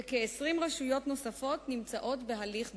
וכ-20 רשויות נוספות נמצאות בהליך דומה.